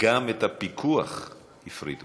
גם את הפיקוח הפריטו.